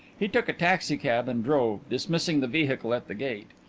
he took a taxicab and drove, dismissing the vehicle at the gate.